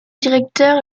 directeur